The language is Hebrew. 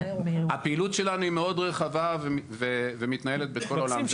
הפעילות שלנו היא מאוד רחבה ומתנהלת בכל העולם.